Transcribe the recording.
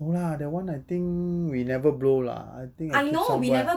no lah that [one] I think we never blow lah I think it's somewhere